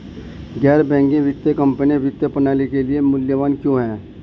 गैर बैंकिंग वित्तीय कंपनियाँ वित्तीय प्रणाली के लिए मूल्यवान क्यों हैं?